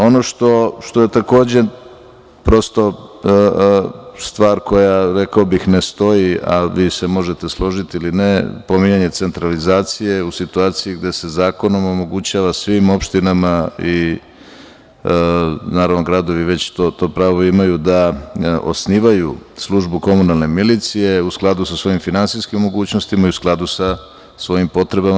Ono što je takođe, prosto, stvar koja, rekao bih, ne stoji, a vi se možete složiti ili ne, pominjanje centralizacije u situaciji gde se zakonom omogućava svim opštinama i naravno gradovi već to pravo imaju, da osnivaju službu komunalne milicije, u skladu sa svojim finansijskim mogućnostima i u skladu sa svojim potrebama.